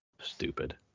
Stupid